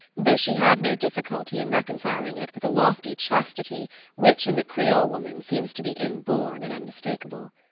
though she had no difficulty in reconciling it with a lofty chastity which in the creole woman seems to be inborn and unmistakable.